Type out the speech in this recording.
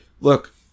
Look